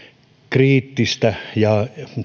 kriittisiä ja